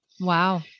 Wow